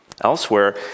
Elsewhere